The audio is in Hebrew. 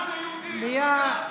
תתחשבו ביהודים פה.